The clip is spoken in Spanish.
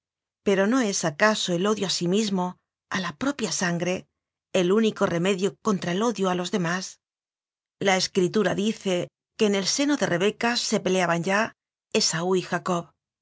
pero no es acaso el odio a sí mismo a la propia sangre el único remedio contra el odio a los demás la escritura dice que en el seno de rebeca se peleaban ya esaú y jacob